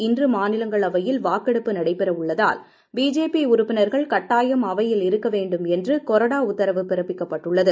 இன்று மாநிலங்களவையில் வாக்கெடுப்பு நடைபெறவுள்ளதால் பிஜேபி உறுப்பினர்கள் கட்டாயம் அவையில் இருக்க வேண்டும் என்று கொறடா உத்தரவு பிறப்பிக்கப்பட்டுள்ளது